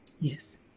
Yes